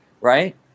Right